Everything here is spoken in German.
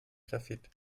graphit